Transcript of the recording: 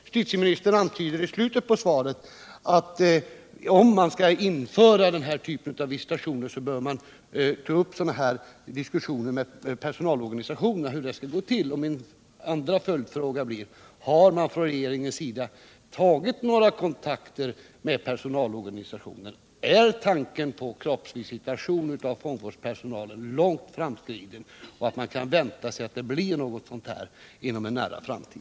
Justitieministern antyder i slutet av svaret att om man skall införa denna typ av visitation, bör man ta upp en diskussion med personalorganisationen om hur det skall gå till. Min andra fråga blir därför: Har man från regeringens sida tagit några kontakter med personalorganisationen? Är tanken på kroppsvisitation av fångvårdspersonalen långt framskriden, så att man kan vänta sig att det införs någon sådan kontroll inom en nära framtid?